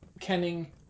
kenning